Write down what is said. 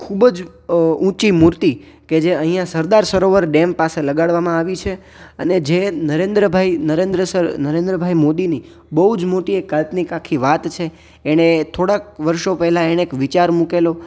ખૂબ જ ઊંચી મૂર્તિ કે જે અહીંયા સરદાર સરોવર ડેમ પાસે લગાડવામાં આવી છે અને જે નરેન્દ્રભાઈ નરેન્દ્ર સર નરેન્દ્રભાઈ મોદીની બહુ જ મોટી એક આ કાલ્પનિક આખી વાત છે એને થોડાક વર્ષો પહેલાં એણે એક વિચાર મુકેલો